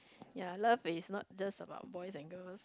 ya love is not just about boys and girls